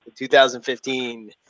2015